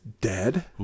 dead